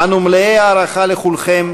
אנו מלאי הערכה לכולכם,